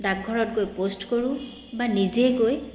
ডাকঘৰতকৈ post কৰোঁ বা নিজে গৈ